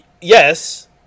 Yes